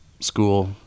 school